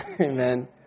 Amen